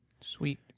Sweet